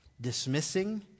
dismissing